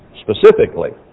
specifically